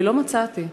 ולא מצאתי.